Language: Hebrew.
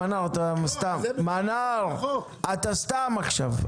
מנאר, זה סתם עכשיו.